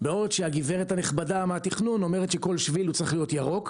בעוד שהגברת הנכבדה מהתכנון אומרת שכל שביל צריך להיות ירוק,